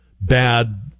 bad